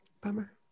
Bummer